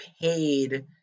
paid